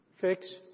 Fix